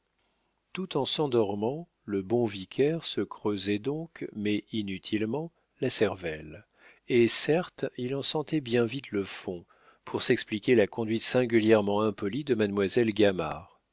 tout en s'endormant le bon vicaire se creusait donc mais inutilement la cervelle et certes il en sentait bien vite le fond pour s'expliquer la conduite singulièrement impolie de mademoiselle